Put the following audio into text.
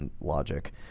logic